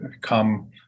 come